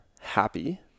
happy